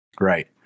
Right